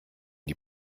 die